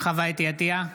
חוה אתי עטייה,